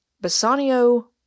Bassanio